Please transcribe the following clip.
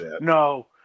No